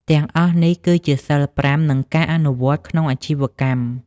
ទាំងអស់នេះ គឺជាសីល៥ និងការអនុវត្តក្នុងអាជីវកម្ម។